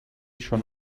schon